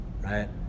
right